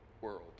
world